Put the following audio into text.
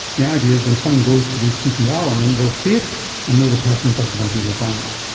the idea is when someone goes to do cpr on them they'll see it and know the person doesn't want to be revived.